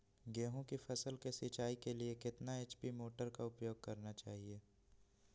गेंहू की फसल के सिंचाई के लिए कितने एच.पी मोटर का उपयोग करना चाहिए?